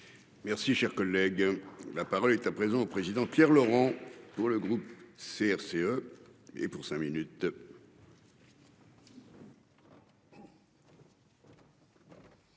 Merci, cher collègue, la parole est à présent au président Pierre Laurent pour le groupe CRCE. Et pour cinq minutes.